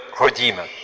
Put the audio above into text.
Redeemer